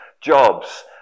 jobs